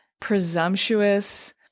presumptuous